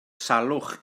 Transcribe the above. salwch